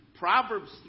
Proverbs